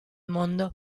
mondo